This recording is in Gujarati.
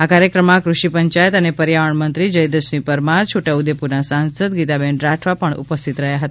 આ કાર્યક્રમમાં કૃષિ પંચાયત અને પર્યાવરણ મંત્રી જયદ્રથસિંહ પરમાર છોટાઉદેપુરના સાંસદ ગીતાબેન રાઠવા ઉપસ્થિત રહ્યા હતા